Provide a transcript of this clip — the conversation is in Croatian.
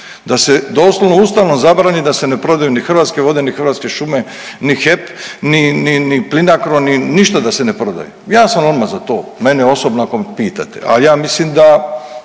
da se doslovno Ustavom zabrani da se ne prodaju ni Hrvatske vode, ni Hrvatske šume, ni HEP, ni Plinacron, ni ništa da se ne prodaje ja sam odmah za to mene osobno ako me pitate. Ali ja mislim da